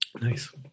Nice